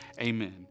amen